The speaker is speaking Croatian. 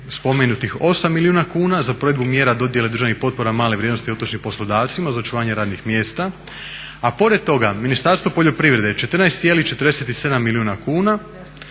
spomenutih 8 milijuna kuna za provedbu mjera dodjele državnih potpora male vrijednosti otočnim poslodavcima za očuvanje radnih mjesta, a pored toga Ministarstvo poljoprivrede 14,47 milijuna kuna